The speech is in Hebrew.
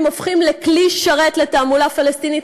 הופכים לכלי שרת לתעמולה פלסטינית,